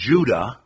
Judah